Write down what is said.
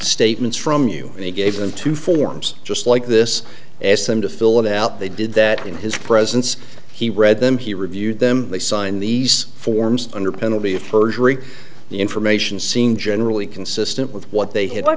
statements from you and he gave them two forms just like this asked them to fill it out they did that in his presence he read them he reviewed them they signed these forms under penalty of perjury the information seemed generally consistent with what they had